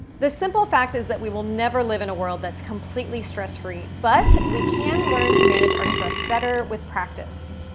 the simple fact is that we will never live in a world that's completely stress-free, but we can learn to manage our stress better with practice.